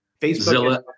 Facebook